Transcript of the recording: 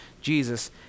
Jesus